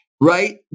right